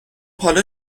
حالا